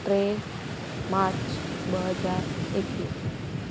टे मार्च ॿ हज़ार एकवीह